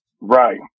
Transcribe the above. Right